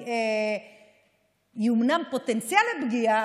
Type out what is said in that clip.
היא אומנם פוטנציאל לפגיעה,